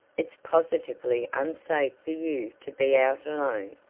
it's positively unsafe for you to be out alone.